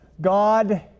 God